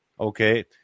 okay